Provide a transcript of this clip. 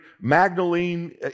Magdalene